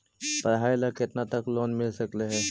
पढाई ल केतना तक लोन मिल सकले हे?